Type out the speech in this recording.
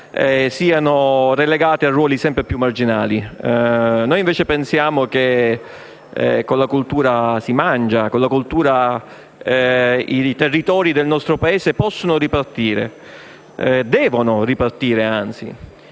sono relegati a ruoli sempre più marginali. Noi, invece, pensiamo che con la cultura si mangi e che con la cultura i territori del nostro Paese possano ripartire e che, anzi,